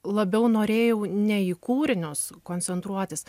labiau norėjau ne į kūrinius koncentruotis